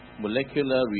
molecular